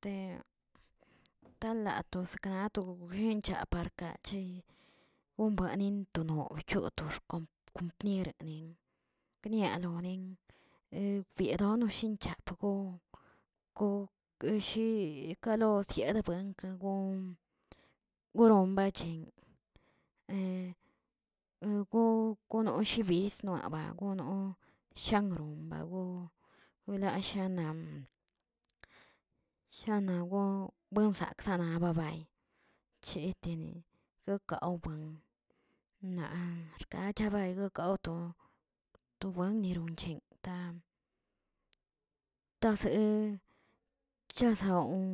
Te tala toska tojencha parkache ombanin to noch, to xkom, to xkompñeri gnialonin piedono oshinchapgo kokꞌ eshi kalo siedebuenke gon gonon bachen, go- gono shibiz noaba gono shangron mago wilashanan, shana gon buensaksanaꞌ babay cheteni gakawbuen naꞌ arkachabay gawto to buen niron che ta- tasee chasawon